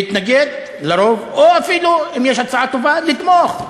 להתנגד, לרוב, או אפילו, אם יש הצעה טובה, לתמוך.